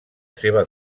seva